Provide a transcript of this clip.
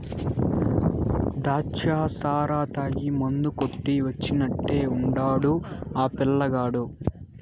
దాచ్చా సారా తాగి మందు కొట్టి వచ్చినట్టే ఉండాడు ఆ పిల్లగాడు